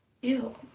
Ew